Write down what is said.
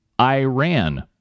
iran